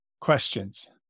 Questions